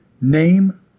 Name